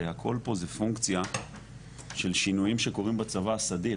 זה הכול פה זה פונקציה של שינויים שקורים בצבא הסדיר,